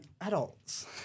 adults